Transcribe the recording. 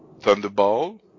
Thunderball